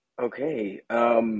Okay